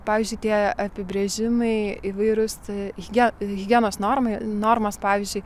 pavyzdžiui tie apibrėžimai įvairūs higie higienos normai normos pavyzdžiui